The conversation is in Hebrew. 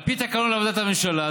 על פי תקנון עבודת הממשלה,